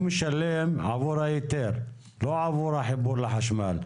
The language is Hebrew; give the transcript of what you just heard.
הוא משלם עבור ההיתר, לא עבור החיבור לחשמל.